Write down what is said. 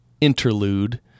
interlude